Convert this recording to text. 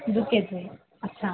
দু কেজি আচ্ছা